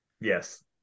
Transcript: Yes